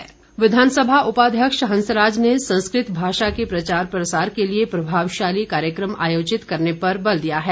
हंसराज विधानसभा उपाध्यक्ष हंसराज ने संस्कृत भाषा के प्रचार प्रसार के लिए प्रभावशाली कार्यक्रम आयोजित करने पर बल दिया है